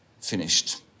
finished